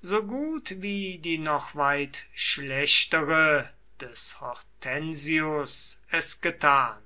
so gut wie die noch weit schlechtere des hortensius es getan